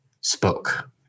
spoke